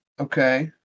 okay